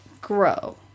grow